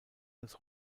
als